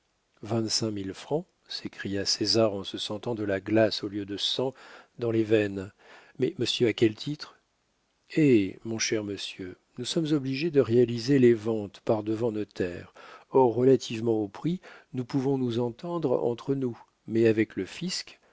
mille francs s'écria césar en se sentant de la glace au lieu de sang dans les veines mais monsieur à quel titre hé mon cher monsieur nous sommes obligés de réaliser les ventes par-devant notaire or relativement au prix nous pouvons nous entendre entre nous mais avec le fisc